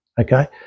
Okay